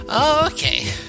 okay